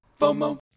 FOMO